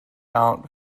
out